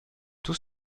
tout